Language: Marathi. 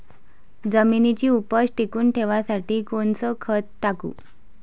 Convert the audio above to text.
जमिनीची उपज टिकून ठेवासाठी कोनचं खत टाकू?